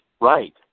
Right